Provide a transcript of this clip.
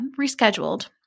rescheduled